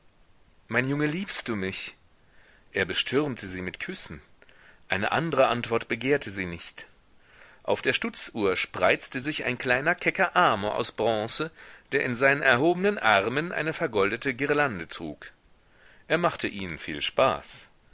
mein junge liebst du mich er bestürmte sie mit küssen eine andre antwort begehrte sie nicht auf der stutzuhr spreizte sich ein kleiner kecker amor aus bronze der in seinen erhobenen armen eine vergoldete girlande trug er machte ihnen viel spaß